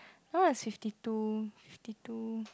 know what is fifty two fifty two